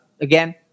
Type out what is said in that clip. again